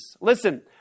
listen